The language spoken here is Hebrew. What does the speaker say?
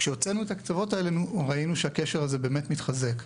כשהוצאנו את נפות הקצה ראינו שהקשר הזה מתחזק.